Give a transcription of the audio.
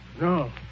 No